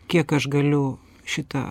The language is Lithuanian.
kiek aš galiu šitą